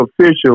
official